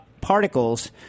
particles